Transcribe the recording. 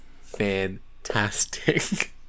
fantastic